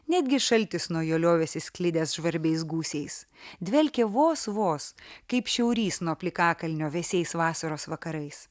netgi šaltis nuo jo liovėsi sklidęs žvarbiais gūsiais dvelkė vos vos kaip šiaurys nuo plikakalnio vėsiais vasaros vakarais